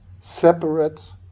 separate